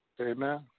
Amen